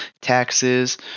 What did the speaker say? taxes